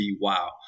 wow